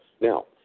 Now